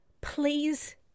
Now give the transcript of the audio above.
please